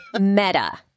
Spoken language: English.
meta